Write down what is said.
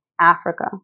Africa